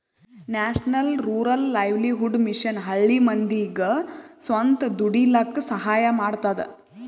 national rural livelihood mission ಹಳ್ಳಿ ಮಂದಿಗ್ ಸ್ವಂತ ದುಡೀಲಕ್ಕ ಸಹಾಯ ಮಾಡ್ತದ